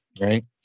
right